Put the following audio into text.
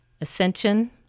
ascension